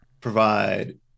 provide